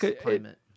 climate